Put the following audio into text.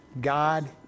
God